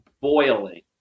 boiling